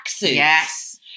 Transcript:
yes